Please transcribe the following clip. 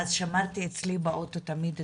ואז שמרתי אצלי באוטו תמיד דברים.